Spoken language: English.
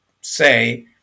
say